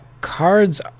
cards